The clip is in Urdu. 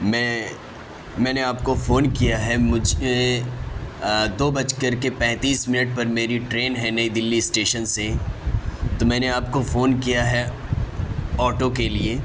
میں میں نے آپ کو فون کیا ہے مجھے دو بج کر کے پینتیس منٹ پر میری ٹرین ہے نئی دلی اسٹیشن سے تو میں نے آپ کو فون کیا ہے آٹو کے لئے